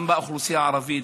גם באוכלוסייה הערבית,